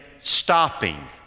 stopping